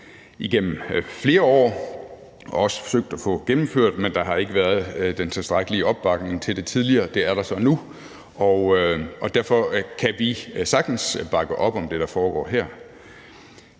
igennem flere år, og vi har også forsøgt at få gennemført det, men der har ikke været den tilstrækkelige opbakning til det tidligere. Det er der så nu, og derfor kan vi sagtens bakke op om det, der foregår her.